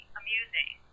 amusing